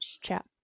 chat